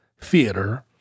theater